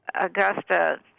Augusta